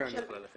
תיקף